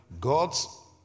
God's